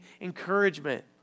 encouragement